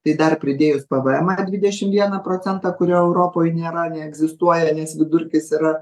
tai dar pridėjus pvemą dvidešim vieną procentą kurio europoj nėra neegzistuoja nes vidurkis yra